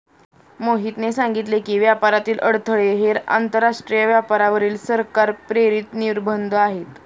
मोहितने सांगितले की, व्यापारातील अडथळे हे आंतरराष्ट्रीय व्यापारावरील सरकार प्रेरित निर्बंध आहेत